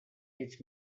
its